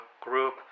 group